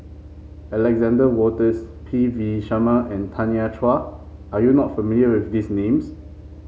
Alexander Wolters P V Sharma and Tanya Chua are you not familiar with these names